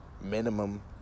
minimum